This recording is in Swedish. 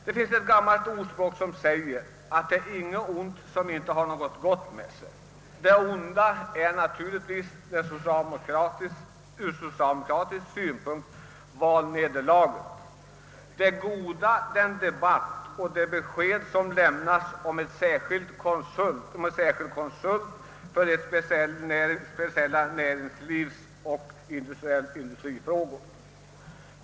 Det finns ett gammalt ordspråk som säger: »Intet ont som inte har något gott med sig.» Det onda är naturligtvis ur socialdemokratisk synpunkt valnederlaget. Det goda är den debatt som följt och det besked som lämnats om tillsättande av en särskild konsult för speciella näringslivsoch industrifrågor.